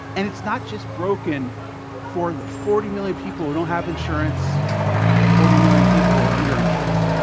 and it's not just broken for the forty million people who don't have insurance and the forty million people who are underinsured,